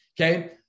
okay